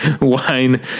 wine